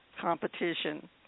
competition